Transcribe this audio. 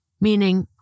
meaning